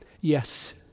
Yes